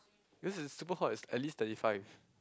because is super hot is at least thirty five